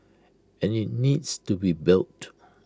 and IT needs to be built